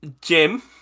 Jim